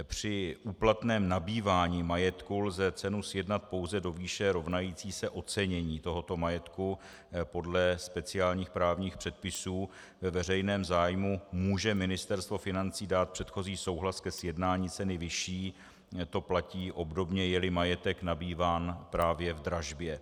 Při úplatném nabývání majetku lze cenu sjednat pouze do výše rovnající se ocenění tohoto majetku podle speciálních právních předpisů, ve veřejném zájmu může Ministerstvo financí dát předchozí souhlas ke sjednání ceny vyšší, to platí obdobně, jeli majetek nabýván právě v dražbě.